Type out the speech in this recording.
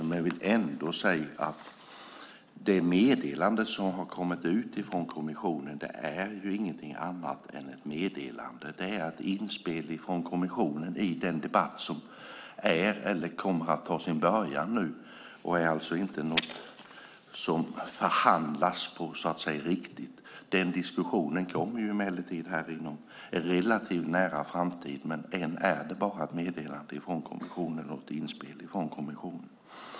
Jag vill ändå säga att det meddelande som har kommit ut från kommissionen inte är någonting annat än ett meddelande. Det är ett inspel från kommissionen i den debatt som kommer att ta sin början nu. Det är alltså inte någonting som det förhandlas om på riktigt. Den diskussionen kommer emellertid inom en relativt nära framtid, men ännu är det bara ett meddelande och ett inspel från kommissionen.